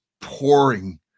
pouring